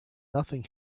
nothing